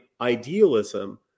idealism